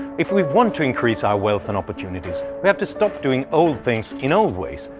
if we want to increase our wealth and opportunities we have to stop doing old things in old ways,